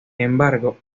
embargo